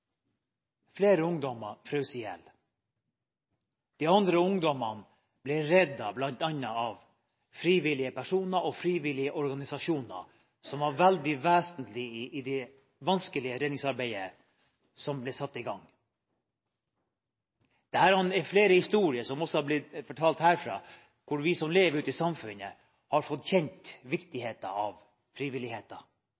Flere ungdommer frøs i hjel. De andre ungdommene ble reddet, bl.a. av frivillige personer og frivillige organisasjoner, som var veldig vesentlig i det vanskelige redningsarbeidet som ble satt i gang. Dette er en av flere historier som også har blitt fortalt her, hvor vi som lever ute i samfunnet, har fått